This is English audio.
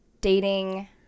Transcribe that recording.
dating